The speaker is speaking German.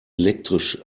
elektrisch